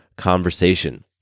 conversation